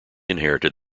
inherited